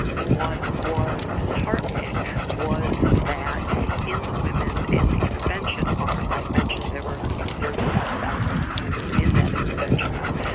what was disheartening was that in the women in the intervention arm i mentioned there were you know thirty five thousand women in that intervention arm,